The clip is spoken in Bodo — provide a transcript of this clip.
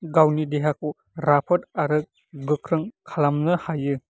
गावनि देहाखौ राफोद आरो गोख्रों खालामनो हायो